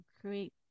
create